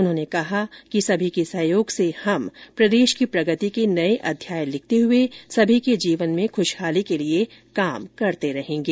उन्होंने कहा कि सभी के सहयोग से हम प्रदेश की प्रगति के नए अध्याय लिखते हुए सभी के जीवन में खुशहाली के लिए कार्य करते रहेंगे